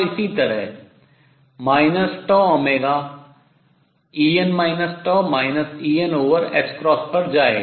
इसी तरह -τω ℏ पर जाएगा